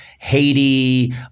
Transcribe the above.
Haiti